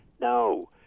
No